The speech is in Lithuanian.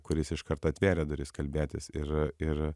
kuris iškart atvėrė duris kalbėtis ir ir